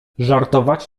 żartować